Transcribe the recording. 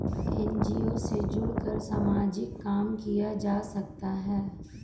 NGO से जुड़कर सामाजिक काम किया जा सकता है